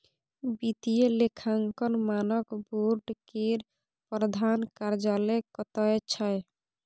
वित्तीय लेखांकन मानक बोर्ड केर प्रधान कार्यालय कतय छै